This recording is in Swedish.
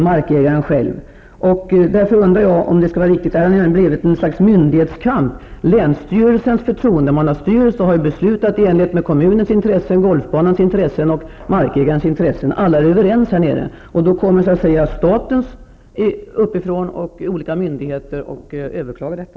Därför undrar jag om det har blivit ett slags myndighetskamp. Länsstyrelsens förtroendemannastyrelse har beslutat i enlighet med kommunens intressen, golfföreningens intressen och markägarens intressen. Alla här nere är överens, men då kommer olika statliga myndigheter uppifrån och överklagar detta.